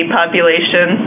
population